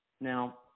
Now